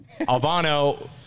Alvano